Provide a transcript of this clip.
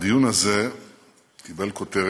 הדיון הזה קיבל כותרת,